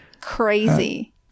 Crazy